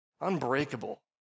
unbreakable